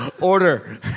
Order